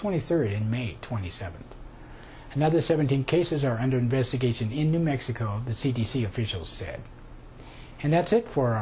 twenty third mate twenty seven another seventeen cases are under investigation in new mexico the c d c official said and that's it for